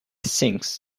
sinks